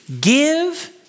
Give